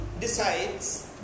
decides